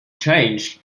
changed